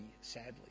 sadly